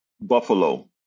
Buffalo